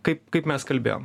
kaip kaip mes kalbėjome